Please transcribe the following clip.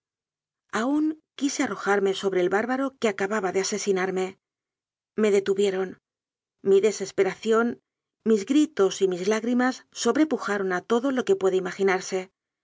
aún quise arrojarme so bre el bárbaro que acababa de asesinarme me de tuvieron mi desesperación mis gritos y mis lá grimas sobrepujaron a todo lo que puede